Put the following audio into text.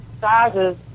sizes